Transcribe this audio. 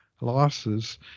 losses